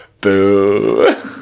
boo